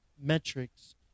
metrics